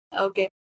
Okay